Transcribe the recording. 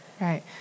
Right